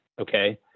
okay